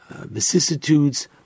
vicissitudes